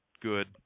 good